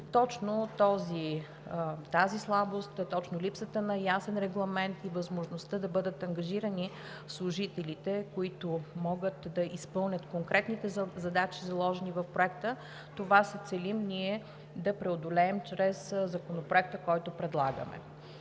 Точно тази слабост – липсата на ясен регламент и възможността да бъдат ангажирани служителите, които могат да изпълнят конкретните задачи, заложени в Проекта – това целим да преодолеем чрез Законопроекта, който предлагаме.